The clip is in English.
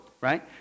right